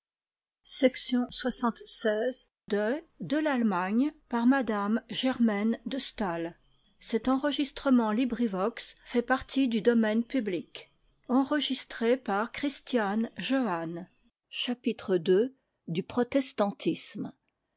de m rt de